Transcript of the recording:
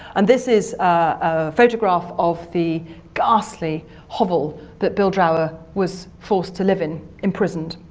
and this is a photograph of the ghastly hovel that bill drower was forced to live in, imprisoned.